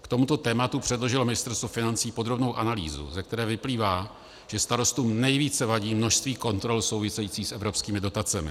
K tomuto tématu předložilo Ministerstvo financí podrobnou analýzu, ze které vyplývá, že starostům nejvíce vadí množství kontrol souvisejících s evropskými dotacemi.